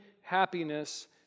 happiness